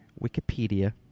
Wikipedia